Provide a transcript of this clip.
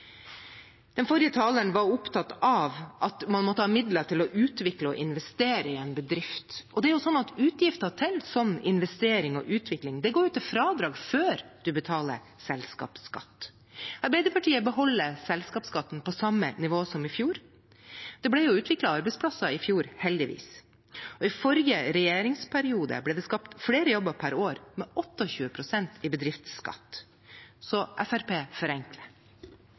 Den forrige taleren var opptatt av at man måtte ha midler til å utvikle og investere i en bedrift. Det er jo sånn at utgifter til en sånn investering og utvikling, går til fradrag før man betaler selskapsskatt. Arbeiderpartiet beholder selskapsskatten på samme nivå som i fjor. Det ble jo utviklet arbeidsplasser i fjor, heldigvis. I forrige regjeringsperiode ble det skapt flere jobber per år med 28 pst. i bedriftsskatt, så Fremskrittspartiet forenkler.